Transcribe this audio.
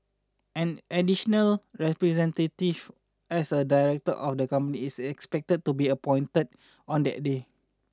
an additional representative as a director of the company is expected to be appointed on that day